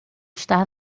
estar